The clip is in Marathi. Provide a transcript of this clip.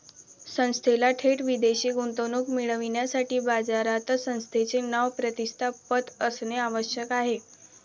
संस्थेला थेट विदेशी गुंतवणूक मिळविण्यासाठी बाजारात संस्थेचे नाव, प्रतिष्ठा, पत असणे आवश्यक आहे